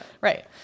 Right